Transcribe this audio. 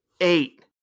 eight